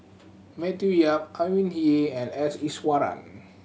Matthew Yap Au Hing Yee and S Iswaran